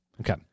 Okay